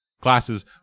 classes